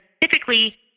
typically